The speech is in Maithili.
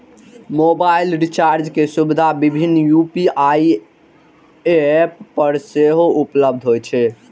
मोबाइल रिचार्ज के सुविधा विभिन्न यू.पी.आई एप पर सेहो उपलब्ध होइ छै